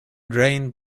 drained